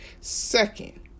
Second